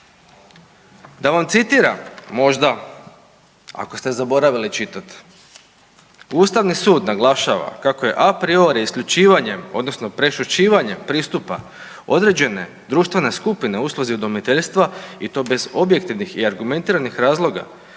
Da vam citiram možda ako ste zaboravili čitat. Ustavni sud naglašava kako je a priori isključivanjem odnosno prešućivanjem pristupa određene društvene skupine usluzi udomiteljstva i to bez objektivnih i argumentiranih razloga